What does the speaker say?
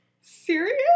serious